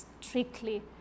strictly